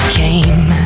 came